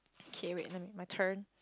okay wait let me my turn